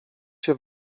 się